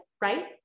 Right